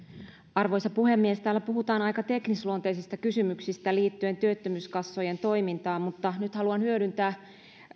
arvoisa puhemies täällä puhutaan aika teknisluonteisista kysymyksistä liittyen työttömyyskassojen toimintaan mutta nyt haluan hyödyntää